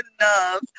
enough